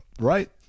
Right